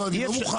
אני לא מוכן.